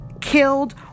killed